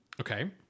Okay